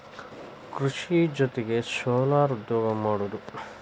ಕೃಷಿ ಜೊತಿಗೆ ಸೊಲಾರ್ ಉದ್ಯೋಗಾ ಮಾಡುದು